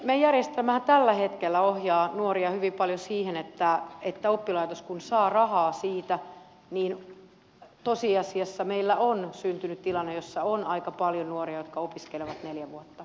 meidän järjestelmähän tällä hetkellä ohjaa nuoria hyvin paljon siihen että kun oppilaitos saa rahaa siitä tosiasiassa meillä on syntynyt tällainen tilanne niin on aika paljon nuoria jotka opiskelevat neljä vuotta erityislukiossa